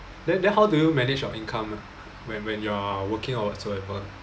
then then how do you manage your income when when you're working or whatsoever